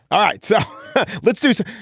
all right. so let's do it.